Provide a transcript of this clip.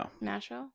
Nashville